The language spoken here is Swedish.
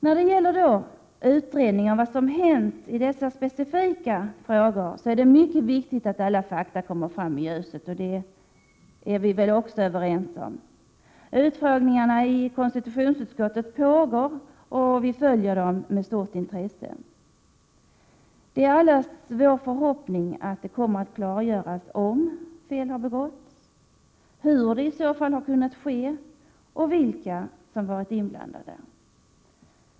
När det gäller utredning om vad som hänt i dessa specifika frågor är det mycket viktigt att alla fakta kommer fram i ljuset. Därom är vi väl också överens. Utfrågningar i konstitutionsutskottet pågår, och vi följer dem med stort intresse. Det är allas vår förhoppning att det kommer att klargöras om fel begåtts, hur det i så fall har kunnat ske och vilka som varit inblandade.